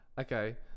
Okay